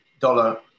dollar